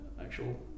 actual